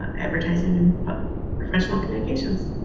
advertising and professional communications.